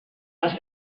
les